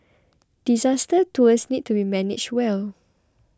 disaster tours need to be managed well